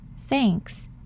thanks